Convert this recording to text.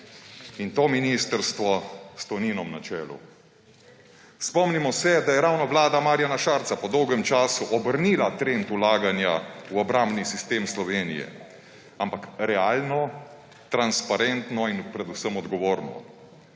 in to ministrstvo s Toninom na čelu. Spomnimo se, da je ravno vlada Marjana Šarca po dolgem času obrnila trend vlaganja v obrambni sistem Slovenije; ampak realno, transparentno in predvsem odgovorno,